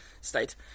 state